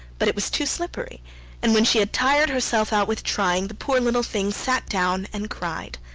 but it was too slippery and when she had tired herself out with trying, the poor little thing sat down and cried.